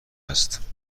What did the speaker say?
است